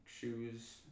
shoes